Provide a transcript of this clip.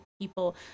people